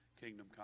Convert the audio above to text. kingdom